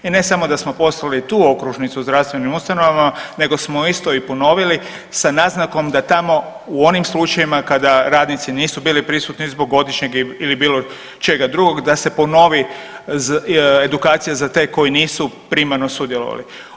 I ne samo da smo poslali tu okružnicu zdravstvenim ustanovama nego smo isto i ponovili sa naznakom da tamo u onim slučajevima kada radnici nisu bili prisutni zbog godišnjeg ili bilo čega drugog da se ponovi edukacija za te koji nisu primarno sudjelovali.